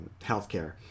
healthcare